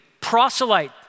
proselyte